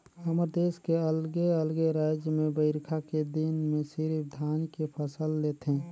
हमर देस के अलगे अलगे रायज में बईरखा के दिन में सिरिफ धान के फसल ले थें